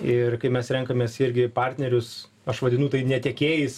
ir kai mes renkamės irgi partnerius aš vadinu tai ne tiekėjais